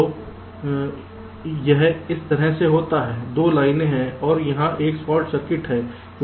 तो यह इस तरह से होता है 2 लाइनें हैं और यहां एक शॉर्ट सर्किट है